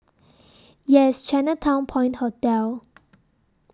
Yes Chinatown Point Hotel